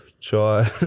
try